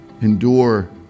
endure